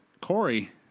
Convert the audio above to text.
Corey